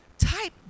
Type